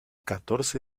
catorce